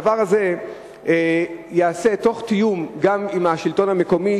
הדבר הזה ייעשה בתיאום גם עם השלטון המקומי,